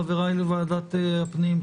חבריי לוועדת הפנים,